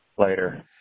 later